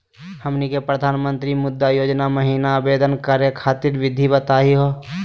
हमनी के प्रधानमंत्री मुद्रा योजना महिना आवेदन करे खातीर विधि बताही हो?